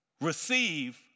receive